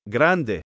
Grande